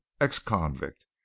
ex-convict